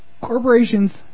corporations